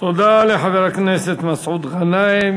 תודה לחבר הכנסת מסעוד גנאים.